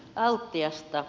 altiasta